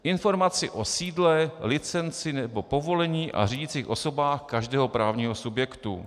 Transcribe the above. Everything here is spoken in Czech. Informaci o sídle, licenci nebo povolení a řídicích osobách každého právního subjektu.